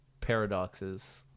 paradoxes